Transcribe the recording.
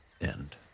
end